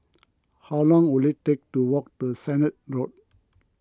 how long will it take to walk to Sennett Road